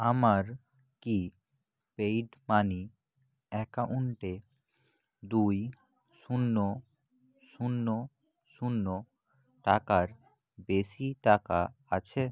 আমার কি paid money অ্যাকাউন্টে দুই শূন্য শূন্য শূন্য টাকার বেশি টাকা আছে